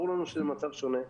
ברור לנו שזה מצב שונה,